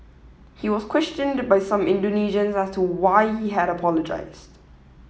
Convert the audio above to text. he was questioned by some Indonesians as to why he had apologised